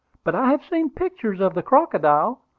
but i have seen pictures of the crocodile,